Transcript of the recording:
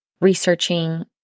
researching